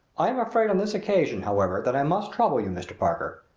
i am afraid on this occasion, however, that i must trouble you, mr. parker.